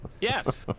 Yes